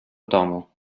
domu